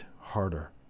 harder